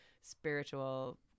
spiritual